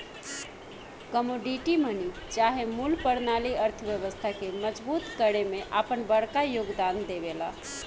commodity money चाहे मूल परनाली अर्थव्यवस्था के मजबूत करे में आपन बड़का योगदान देवेला